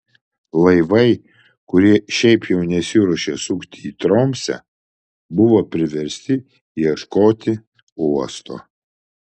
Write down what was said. laivai kurie šiaip jau nesiruošė sukti į tromsę buvo priversti ieškoti uosto